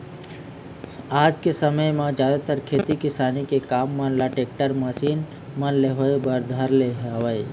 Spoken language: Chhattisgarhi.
आज के समे म जादातर खेती किसानी के काम मन ल टेक्टर, मसीन मन ले होय बर धर ले हवय